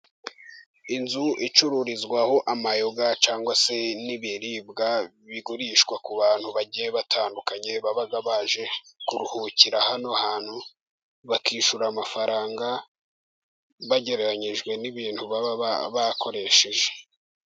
Inzu icururizwaho amayoga cyangwa se n'ibiribwa bigurishwa ku bantu bagiye batandukanye, baba baje kuruhukira hano hantu, bakishyura amafaranga bagereranyijwe n'ibintu baba bakoresheje.